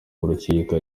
urukiko